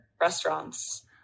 restaurants